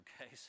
Okay